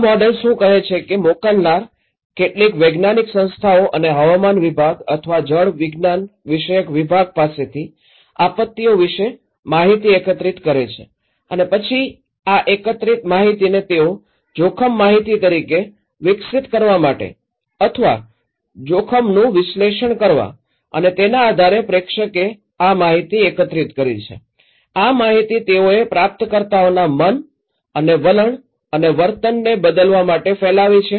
આ મોડેલ શું કહે છે કે મોકલનાર કેટલીક વૈજ્ઞાનિક સંસ્થાઓ અથવા હવામાન વિભાગ અથવા જળવિજ્ઞાન વિષયક વિભાગ પાસેથી આપત્તિઓ વિશે માહિતી એકત્રિત કરે છે અને પછી આ એકત્રિત માહિતીને તેઓ જોખમ માહિતી તરીકે વિકસિત કરવા માટે અથવા જોખમનું વિશ્લેષણ કરવા અને તેના આધારે પ્રેષકે આ માહિતી એકત્રિત કરી છે આ માહિતી તેઓએ પ્રાપ્તકર્તાઓના મન અને વલણ અને વર્તનને બદલવા માટે ફેલાવી છે